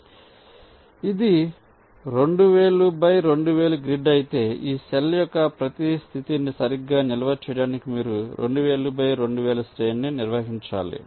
కాబట్టి ఇది 2000 by 2000 grid అయితే ఈ సెల్ ల యొక్క ప్రతి స్థితిని సరిగ్గా నిల్వ చేయడానికి మీరు 2000 బై 2000 శ్రేణిని నిర్వహించాలి